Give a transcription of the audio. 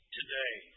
today